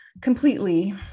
completely